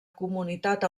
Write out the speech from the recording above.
comunitat